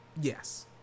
Yes